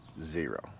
Zero